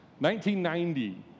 1990